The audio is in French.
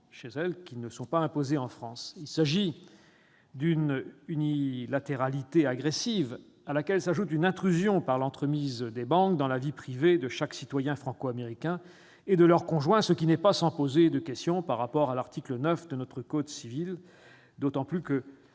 des éléments qui ne le sont pas en France. Il s'agit d'une unilatéralité agressive, à laquelle s'ajoute une intrusion, par l'entremise des banques, dans la vie privée de chaque citoyen franco-américain et de son conjoint, ce qui n'est pas sans poser question au regard de l'article 9 de notre code civil, d'autant plus que